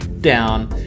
down